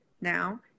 now